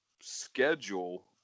schedule